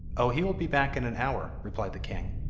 oh, he will be back in an hour replied the king,